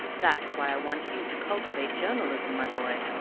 that's why i want you to cultivate journalism, my boy,